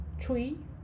three